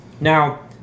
Now